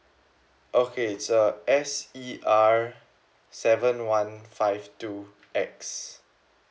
okay it's uh S E R seven one five two X